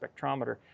spectrometer